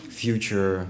future